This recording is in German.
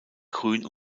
grün